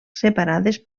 separades